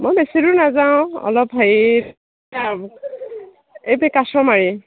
বৰ বেছি দূৰ নাযাওঁ অলপ হেৰি এই যে কাছমাৰী